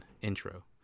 intro